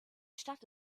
stadt